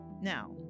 Now